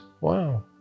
wow